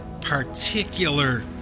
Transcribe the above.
particular